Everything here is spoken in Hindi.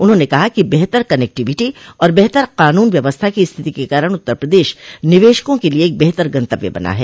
उन्होंने कहा कि बेहतर कनेक्टिविटी और बेहतर कानून व्यवस्था की स्थिति के कारण उत्तर प्रदेश निवेशकों के लिए एक बेहतर गंतव्य बना है